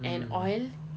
and oil